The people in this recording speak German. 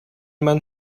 man